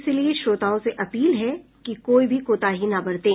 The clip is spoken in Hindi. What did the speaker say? इसलिए श्रोताओं से अपील है कि कोई भी कोताही न बरतें